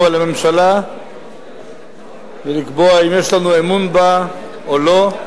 על הממשלה ולקבוע אם יש לנו אמון בה או לא.